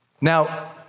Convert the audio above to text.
Now